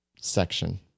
section